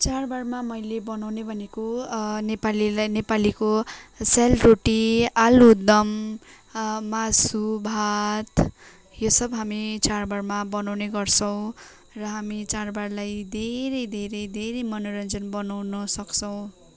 चाडबाडमा मैले बनाउने भनेको नेपालीलाई नेपालीको सेलरोटी आलुदम मासु भात यो सब हामी चाडबाडमा बनाउने गर्छौँ र हामी चाडबाडलाई धेरै धेरै धेरै मनोरञ्जन बनाउन सक्छौँ